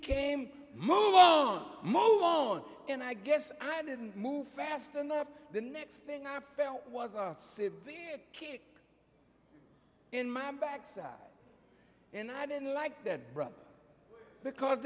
came move on and i guess i didn't move fast enough the next thing i felt was a kick in my backside and i didn't like that because